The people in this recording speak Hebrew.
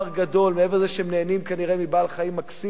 מעבר לזה שהם נהנים כנראה מבעל-חיים מקסים ומדהים,